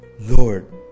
Lord